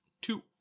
two